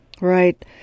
Right